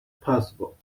possible